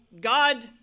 God